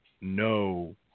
no